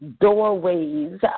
doorways